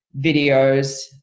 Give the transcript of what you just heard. videos